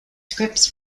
scripts